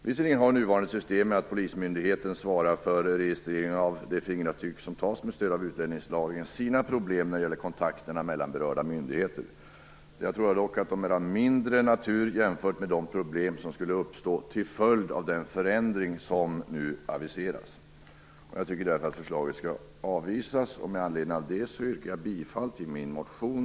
Visserligen finns det i nuvarande system, där Polismyndigheten svarar för registrering av de fingeravtryck som tas med stöd av utlänningslagen, problem när det gäller kontakterna mellan berörda myndigheter. Jag tror dock att de är av mindre natur jämfört med de problem som skulle uppstå till följd av den förändring som nu aviseras. Jag tycker därför att förslaget skall avvisas. Med anledning av detta yrkar jag bifall till motion